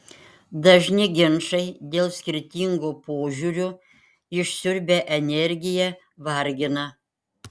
dažni ginčai dėl skirtingų požiūrių išsiurbia energiją vargina